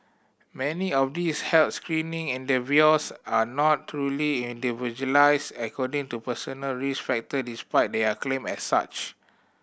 many of these health screening endeavours are not truly individualised according to personal risk factor despite their claim as such